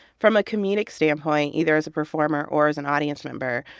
from a comedic standpoint, either as a performer or as an audience member,